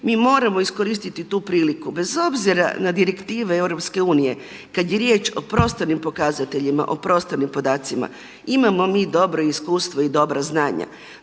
mi moramo iskoristiti tu priliku bez obzira na direktive Europske unije. Kad je riječ o prostornim pokazateljima, o prostornim podacima imamo mi dobro iskustvo i dobra znanja.